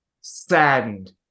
saddened